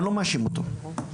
ואני לא מאשים אותו,